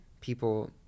People